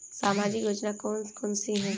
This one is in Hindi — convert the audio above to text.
सामाजिक योजना कौन कौन सी हैं?